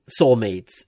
soulmates